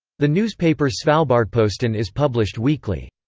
the newspaper svalbardposten is published weekly.